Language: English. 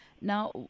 Now